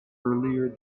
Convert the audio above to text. earlier